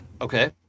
Okay